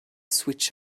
switch